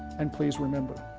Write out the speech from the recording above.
and please remember,